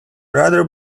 rather